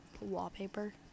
wallpaper